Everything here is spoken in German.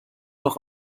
noch